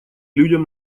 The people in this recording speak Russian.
людям